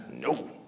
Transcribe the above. No